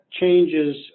changes